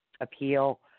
appeal